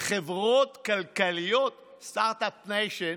חברות כלכליות, סטרטאפ ניישן,